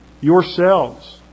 yourselves